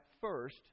first